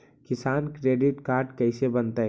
किसान credit card कैसे बनतै?